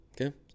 Okay